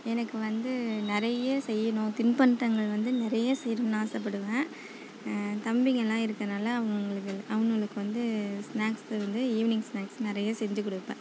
எனக்கு வந்து நிறைய செய்யணும் தின்பண்டங்கள் வந்து நிறைய செய்யணும்னு ஆசைப்படுவேன் தம்பிங்கள்லாம் இருக்குறனால் அவங்கவுங்களுக்கு அவனுகளுக்கு வந்து ஸ்நாக்ஸ் வந்து ஈவினிங் ஸ்நாக்ஸ் நிறைய செஞ்சுக் கொடுப்பேன்